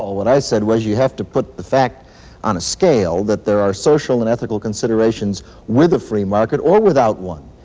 what i said was you have to put the fact on a scale, that there are social and ethical considerations with a free market or without one.